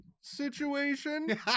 situation